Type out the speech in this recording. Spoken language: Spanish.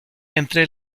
entre